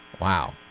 Wow